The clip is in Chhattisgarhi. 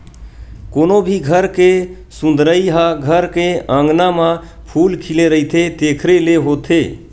कोनो भी घर के सुंदरई ह घर के अँगना म फूल खिले रहिथे तेखरे ले होथे